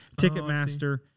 Ticketmaster